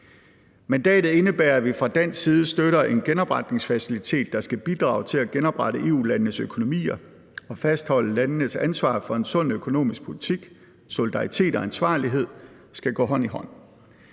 Mandatet indebærer, at vi fra dansk side støtter en genopretningsfacilitet, der skal bidrage til at genoprette EU-landenes økonomier og fastholde landenes ansvar for en sund økonomisk politik. Solidaritet og ansvarlighed skal gå hånd i hånd.